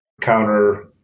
counter